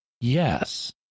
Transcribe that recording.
Yes